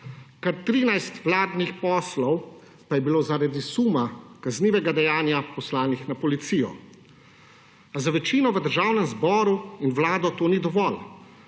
Kar 13 vladnih poslov pa je bilo zaradi suma kaznivega dejanja poslanih na policijo. A za večino v državnem zboru in vlado to ni dovolj.